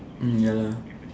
mm ya lah